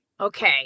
Okay